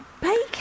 Baking